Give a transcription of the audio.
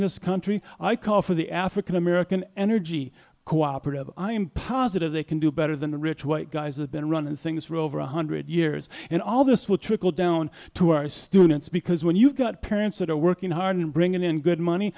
this country i call for the african american energy cooperative i am positive they can do better than the rich white guys have been running things for over one hundred years and all this will trickle down to our students because when you've got parents that are working hard and bringing in good money